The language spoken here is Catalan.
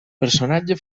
personatge